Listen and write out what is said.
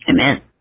Amen